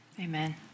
Amen